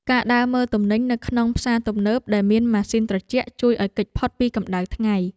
ការដើរមើលទំនិញនៅក្នុងផ្សារទំនើបដែលមានម៉ាស៊ីនត្រជាក់ ជួយឱ្យគេចផុតពីកម្តៅថ្ងៃ។